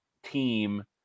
team